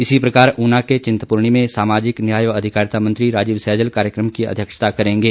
इसी प्रकार ऊना के चिंतपूर्णी में सामाजिक न्याय व अधिकारिता मंत्री राजीव सैजल कार्यक्रम की अध्यक्षता करेंगे